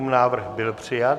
Návrh byl přijat.